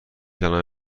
کلمه